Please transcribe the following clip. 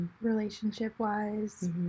relationship-wise